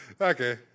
okay